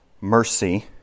mercy